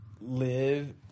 live